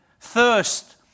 Thirst